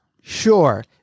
sure